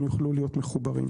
גם יוכלו להיות מחוברים.